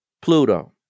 Pluto